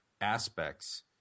aspects